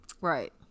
right